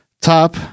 Top